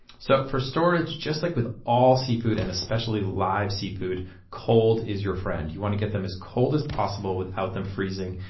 so for storage, just like with all seafood and especially live seafood cold is your friend. you want to get them as cold as possible without them freezing.